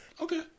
Okay